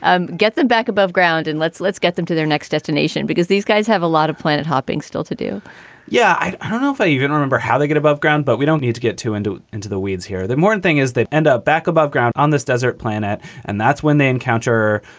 um get them back above ground and let's let's get them to their next destination because these guys have a lot of planet hopping still to do yeah. i ah dunno if i even remember how they get above ground, but we don't need to get too into into the weeds here. that more and thing is they end up back above ground on this desert planet and that's when they encounter.